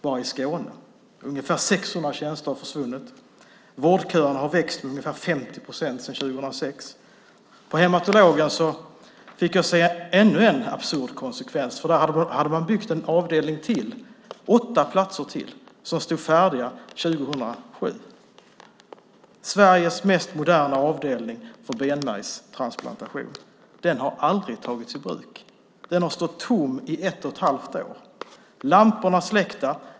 Bara i Skåne har ungefär 600 tjänster försvunnit, och vårdköerna har växt med ungefär 50 procent sedan år 2006. På hematologen fick jag möta ännu en absurd konsekvens. Man hade byggt en avdelning till, åtta platser till. De stod färdiga 2007. Men Sveriges modernaste avdelning för benmärgstransplantation har aldrig tagits i bruk. Lokalerna har stått tomma i ett och ett halvt år. Lamporna är släckta.